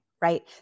right